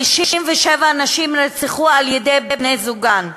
57 נשים נרצחו על-ידי בני-זוגן,